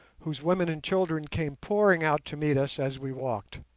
whose women and children came pouring out to meet us as we walked.